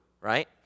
right